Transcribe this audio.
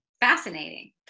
Fascinating